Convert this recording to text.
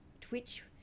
Twitch